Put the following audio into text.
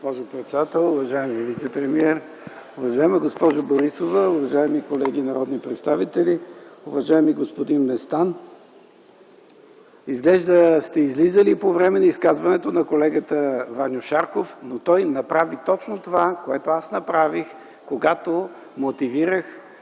госпожо председател. Уважаеми вицепремиер! Уважаема госпожо Борисова, уважаеми колеги народни представители! Уважаеми господин Местан, изглежда сте излизали по време на изказването на колегата Ваньо Шарков, но той направи точно това, което аз направих, когато мотивирах